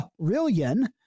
trillion